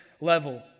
level